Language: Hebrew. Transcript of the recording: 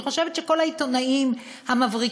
אני חושבת שכל העיתונאים המבריקים,